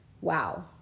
wow